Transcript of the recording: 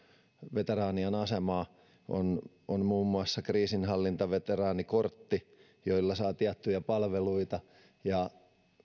veteraanien asemaa on on muun muassa kriisinhallintaveteraanikortti jolla saa tiettyjä palveluita